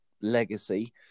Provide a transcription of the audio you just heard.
legacy